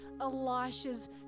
Elisha's